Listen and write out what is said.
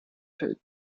feld